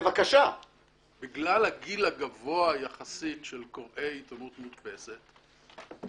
בגלל הגיל הגבוה יחסית של קוראי עיתונות מודפסת,